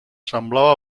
semblava